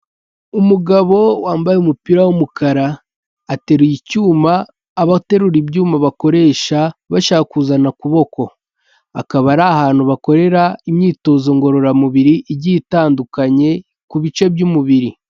Umugabo wambaye umupira w'umukara ateruye icyuma abaterura ibyuma bakoresha bashaka kuzana ukuboko, akaba ari ahantu bakorera imyitozo ngororamubiri igiye itandukanye ku bice by'umubiri.